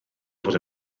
fod